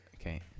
Okay